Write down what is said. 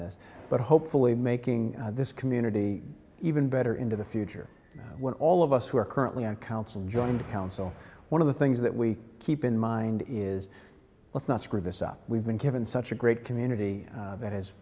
this but hopefully making this community even better into the future when all of us who are currently on council joined council one of the things that we keep in mind is let's not screw this up we've been given such a great community that has